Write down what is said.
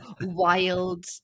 wild